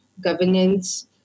governance